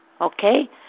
Okay